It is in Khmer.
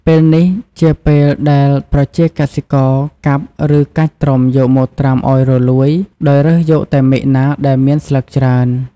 ពេលនេះជាពេលដែលប្រជាកសិករកាប់ ឬ កាច់ត្រុំយកមកត្រាំឱ្យរលួយ ដោយរើសយកតែមែកណាដែលមានស្លឹកច្រើន។